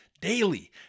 daily